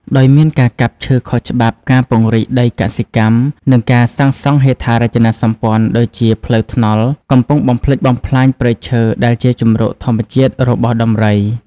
ដោយមានការកាប់ឈើខុសច្បាប់ ការពង្រីកដីកសិកម្ម និងការសាងសង់ហេដ្ឋារចនាសម្ព័ន្ធ ដូចជាផ្លូវថ្នល់ កំពុងបំផ្លិចបំផ្លាញព្រៃឈើដែលជាជម្រកធម្មជាតិរបស់ដំរី។